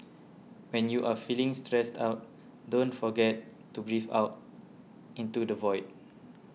when you are feeling stressed out don't forget to breathe into the void